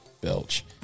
belch